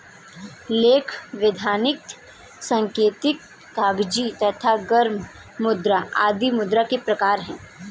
लेखा, वैधानिक, सांकेतिक, कागजी तथा गर्म मुद्रा आदि मुद्रा के प्रकार हैं